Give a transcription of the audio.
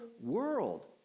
world